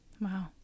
Wow